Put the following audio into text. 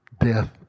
death